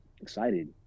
excited